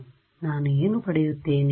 ಅಲ್ಲಿ ನಾನು ಏನು ಪಡೆಯುತ್ತೇನೆ